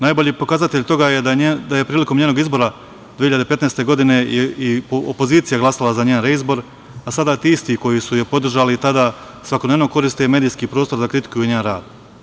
Najbolji pokazatelj toga je da je prilikom njenog izbora 2015. godine i opozicija glasala za njen reizbor, a sada ti isti koji su je podržali tada svakodnevno koriste medijski prostor da kritikuju njen rad.